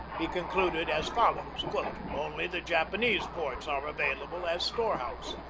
he concluded as follows only the japanese ports are available as storehouse.